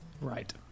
Right